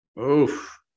Oof